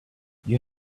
you